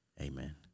Amen